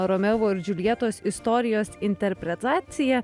romeo ir džiuljetos istorijos interpretacija